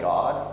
God